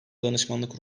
danışmanlık